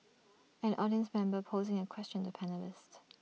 an audience member posing A question to panellists